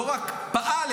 לא רק פעל,